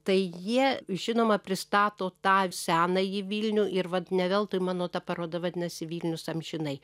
tai jie žinoma pristato tą senąjį vilnių ir vat ne veltui mano ta paroda vadinasi vilnius amžinai